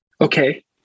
okay